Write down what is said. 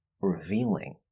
revealing